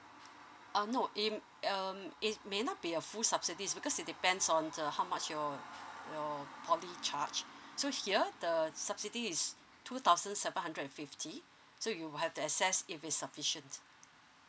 uh no in um it may not be a full subsidies because it depends on the how much your your poly charged so here the subsidy is two thousand seven hundred and fifty so you will have the excess if it's sufficient